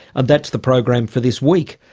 and that's the program for this week.